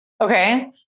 Okay